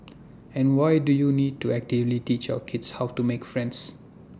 and why do you need to actively teach our kids how to make friends